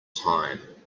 time